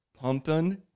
pumping